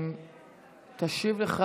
תשיב לך